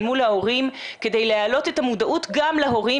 אל מול ההורים כדי להעלות את המודעות גם להורים,